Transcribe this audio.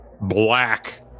black